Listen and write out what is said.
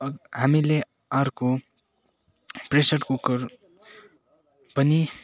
हामीले अर्को pressure cooker पनि